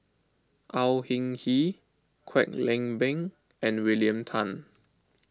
Au Hing Yee Kwek Leng Beng and William Tan